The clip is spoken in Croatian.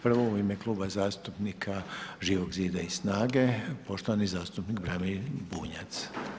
Prvo u ime Kluba zastupnika Živog zida i SNAGA-e, poštovani zastupnik Branimir Bunjac.